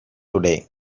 today